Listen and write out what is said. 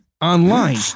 online